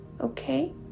okay